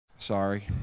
Sorry